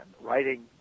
writing